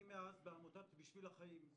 אני מאז בעמותת בשביל החיים,